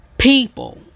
people